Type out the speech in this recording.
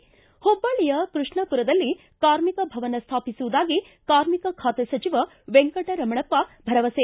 ಿಗೆ ಹುಬ್ಬಳ್ಳಯ ಕೃಷ್ಣಾಪುರದಲ್ಲಿ ಕಾರ್ಮಿಕ ಭವನ ಸ್ಥಾಪಿಸುವುದಾಗಿ ಕಾರ್ಮಿಕ ಖಾತೆ ಸಚಿವ ವೆಂಕಟ ರಮಣಪ್ಪ ಭರವಸೆ